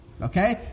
Okay